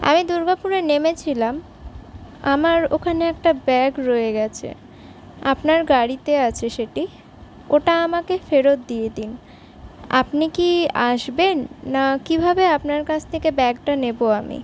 আমি দুর্গাপুরে নেমেছিলাম আমার ওখানে একটা ব্যাগ রয়ে গেছে আপনার গাড়িতে আছে সেটি ওটা আমাকে ফেরত দিয়ে দিন আপনি কি আসবেন না কীভাবে আপনার কাছ থেকে ব্যাগটা নেবো আমি